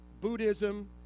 Buddhism